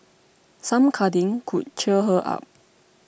some cuddling could cheer her up